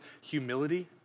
humility